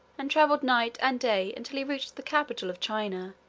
and traveled night and day until he reached the capital of china,